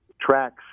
tracks